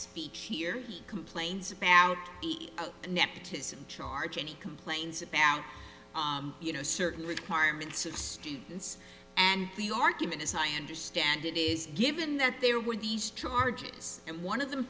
speak here complains about nepotism charge and complains about you know certain requirements of students and the argument as i understand it is given that there were these charges and one of them